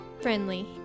friendly